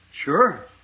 Sure